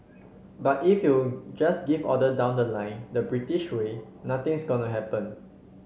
but if you just give order down the line the British way nothing's gonna happen